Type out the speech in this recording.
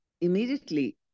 immediately